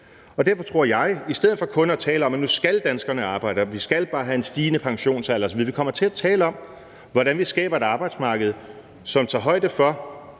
Derfor tror jeg, at vi i stedet for kun at tale om, at nu skal danskerne arbejde og vi skal bare have en stigende pensionsalder osv., kommer til at tale om, hvordan vi skaber et arbejdsmarked, som tager højde for